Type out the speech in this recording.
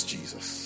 Jesus